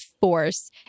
force